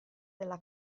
della